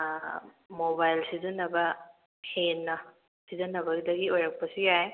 mobile ꯁꯤꯖꯟꯅꯕ ꯍꯦꯟꯅ ꯁꯤꯖꯟꯅꯕꯗꯒꯤ ꯑꯣꯏꯔꯛꯄꯁꯨ ꯌꯥꯏ